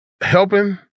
helping